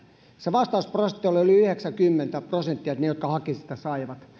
se vastausprosentti oli yli yhdeksänkymmentä että ne jotka hakivat sitä saivat